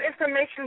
information